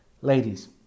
Ladies